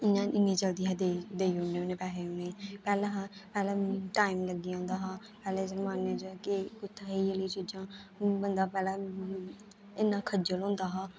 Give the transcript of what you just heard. इ'यां इन्नी जल्दी अहीं देई देई ओड़ने होन्ने पैहे उ'नेंगी पैह्लें पैह्लें टाइम लग्गी जंदा हा पैह्लें जमान्ने च कि कु'त्थै इ'यै लेहियां चीजां हून बंदा पैह्लै इन्ना खज्जल होंदा हा